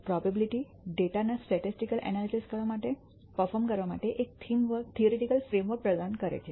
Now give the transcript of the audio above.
probability ડેટાના statistical analysis કરવા માટે પર્ફોર્મ કરવા માટે એક થીઅરેટિકલ ફ્રેમવર્ક પ્રદાન કરે છે